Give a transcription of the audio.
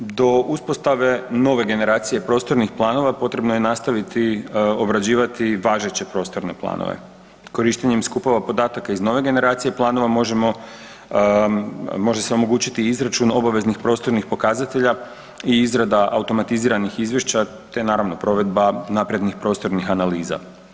Do uspostave nove generacije prostornih planova potrebno je nastaviti obrađivati važeće prostorne planove, korištenjem skupova podataka iz nove generacije planova može se omogućiti izračun obaveznih prostornih pokazatelja i izrada automatiziranih izvješća te naravno provedba naprednih prostornih analiza.